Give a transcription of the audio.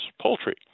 poultry